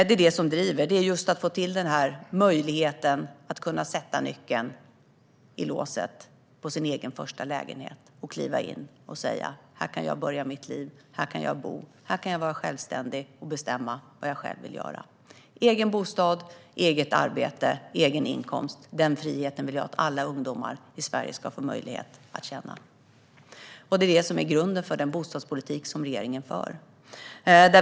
Vår bostadspolitik drivs av att få till denna möjlighet för människor att kunna sätta nyckeln i låset på sin första egna lägenhet, kliva in och säga: Här kan jag börja mitt liv. Här kan jag bo. Här kan jag vara självständig och bestämma vad jag själv vill göra. Egen bostad, eget arbete, egen inkomst - den friheten vill jag att alla ungdomar i Sverige ska få möjlighet att känna. Detta är också grunden för den bostadspolitik som regeringen för.